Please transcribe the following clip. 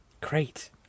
Great